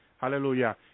Hallelujah